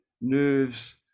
nerves